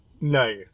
no